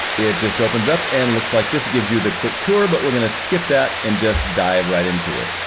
it just opens up and looks like this, gives you the quick tour but we're gonna skip that and just dive right into it.